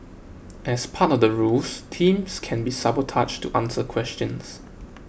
as part of the rules teams can be sabotaged to answer questions